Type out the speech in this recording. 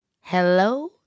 hello